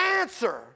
answer